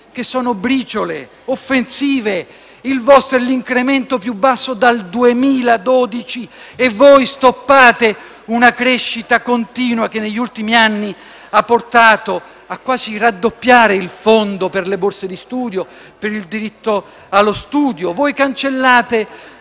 che sono briciole offensive. Il vostro è l'incremento più basso dal 2012. Voi stoppate una crescita continua che, negli ultimi anni, ha portato quasi a raddoppiare il fondo per le borse di studio e per il diritto allo studio. Voi cancellate